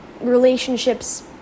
relationships